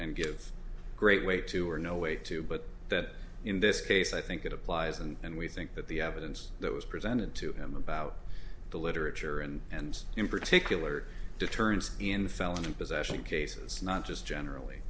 and give great weight to or no way to but that in this case i think it applies and we think that the evidence that was presented to him about the literature and in particular deterrence in the felon in possession cases not just generally